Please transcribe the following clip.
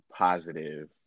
positive